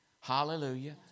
Hallelujah